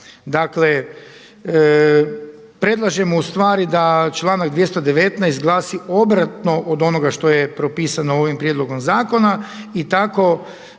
dakle predlažemo ustvari da članak 219. glasi obrtno od onoga što je propisano ovim prijedlogom zakona i tako